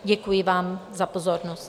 Děkuji vám za pozornost.